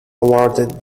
awarded